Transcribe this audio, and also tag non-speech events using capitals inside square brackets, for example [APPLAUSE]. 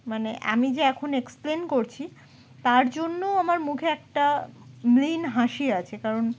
মানে আমি যে এখন এক্সপ্লেন করছি তার জন্যও আমার মুখে একটা [UNINTELLIGIBLE] হাসি আছে কারণ